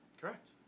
Correct